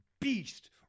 beast